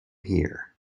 here